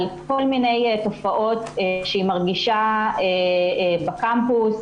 כל מיני תופעות שהיא מרגישה בקמפוס,